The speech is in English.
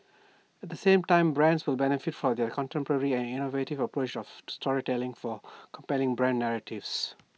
at the same time brands will benefit from their contemporary and innovative approach of to storytelling for compelling brand narratives